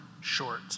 short